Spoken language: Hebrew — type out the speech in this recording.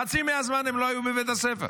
חצי מהזמן הם לא היו בבית הספר.